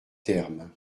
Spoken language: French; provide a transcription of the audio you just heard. termes